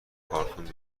کارتون